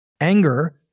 Anger